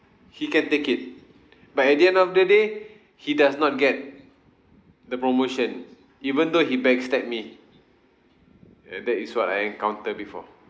he can take it but at the end of the day he does not get the promotion even though he backstabbed me uh that is what I encounter before